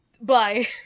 Bye